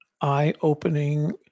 eye-opening